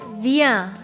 wir